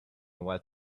was